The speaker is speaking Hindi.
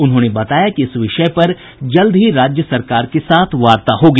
उन्होंने बताया कि इस विषय पर जल्द ही राज्य सरकार के साथ वार्ता होगी